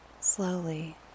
Slowly